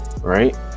right